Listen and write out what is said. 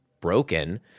broken